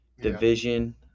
division